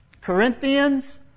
Corinthians